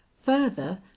Further